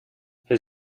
his